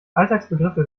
alltagsbegriffe